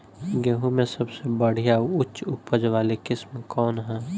गेहूं में सबसे बढ़िया उच्च उपज वाली किस्म कौन ह?